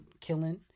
killing